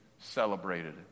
celebrated